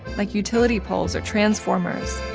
like utility poles or transformers.